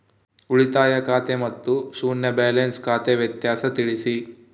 ಉಳಿತಾಯ ಖಾತೆ ಮತ್ತೆ ಶೂನ್ಯ ಬ್ಯಾಲೆನ್ಸ್ ಖಾತೆ ವ್ಯತ್ಯಾಸ ತಿಳಿಸಿ?